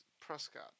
Prescott